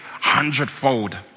hundredfold